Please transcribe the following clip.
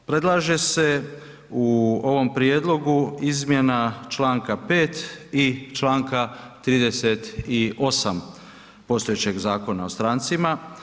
Predlaže se u ovom prijedlogu izmjena Članka 5. i Članka 38. postojećeg Zakona o strancima.